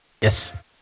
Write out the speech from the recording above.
Yes